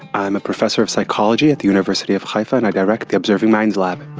i'm a professor of psychology at the university of haifa and i direct the observing minds lab.